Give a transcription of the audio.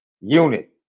unit